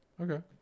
Okay